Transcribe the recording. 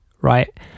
right